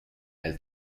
elle